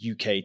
UK